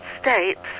States